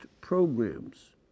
programs